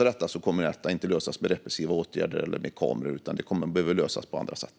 Detta kommer nämligen inte att lösas med repressiva åtgärder eller kameror, utan det behöver lösas på andra sätt.